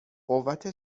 قوت